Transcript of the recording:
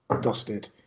dusted